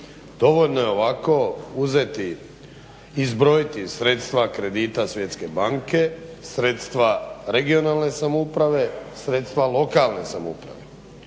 dovoljno je ovako uzeti i zbrojiti sredstva kredita Svjetske banke, sredstva regionalne samouprave, sredstva lokalne samouprave